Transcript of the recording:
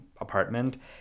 apartment